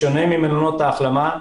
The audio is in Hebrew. בשונה ממלונות ההחלמה,